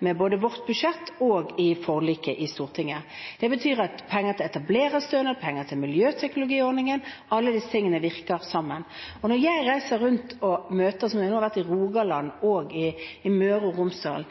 med både vårt budsjett og forliket i Stortinget. Det betyr at penger til etablererstønad, penger til miljøteknologiordningen – alle dette – virker sammen. Når jeg reiser rundt – jeg har nå vært i Rogaland og